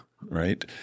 right